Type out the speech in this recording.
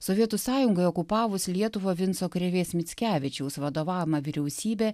sovietų sąjungai okupavus lietuvą vinco krėvės mickevičiaus vadovaujama vyriausybė